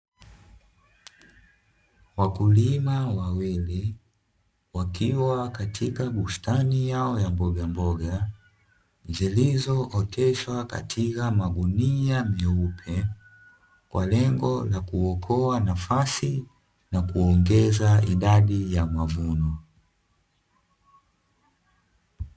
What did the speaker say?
Wakulima wawili wakiwa katika bustani yao ya mbogamboga zizlizooteshwa katika magunia meupe kwa lengo la kuokoa nafasi na kuongeza idadi ya mavuno.